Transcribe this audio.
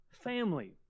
family